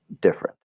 different